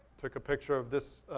took a picture of this,